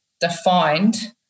defined